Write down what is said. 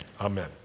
Amen